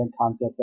concept